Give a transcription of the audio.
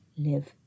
live